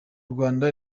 rwanda